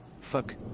Fuck